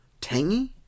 tangy